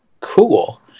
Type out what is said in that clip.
cool